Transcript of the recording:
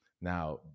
Now